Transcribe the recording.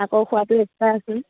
আকৌ খোৱাটো এক্সট্ৰা আছে